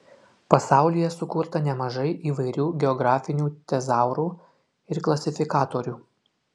pasaulyje sukurta nemažai įvairių geografinių tezaurų ir klasifikatorių